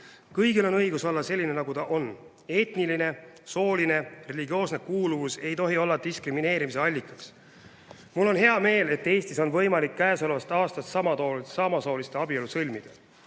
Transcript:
Kõigil on õigus olla selline, nagu ta on. Etniline, sooline, religioosne kuuluvus ei tohi olla diskrimineerimise allikas. Mul on hea meel, et Eestis on võimalik käesolevast aastast samasooliste abielu sõlmida.